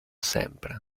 sempre